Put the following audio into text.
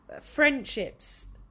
friendships